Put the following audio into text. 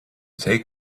take